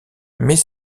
mais